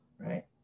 right